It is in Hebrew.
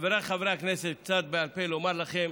חבריי חברי הכנסת, קצת בעל פה לומר לכם: